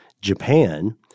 Japan